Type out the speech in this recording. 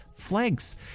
flags